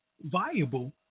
viable